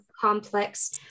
complex